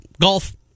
Golf